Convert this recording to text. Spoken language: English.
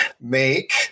make